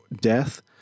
death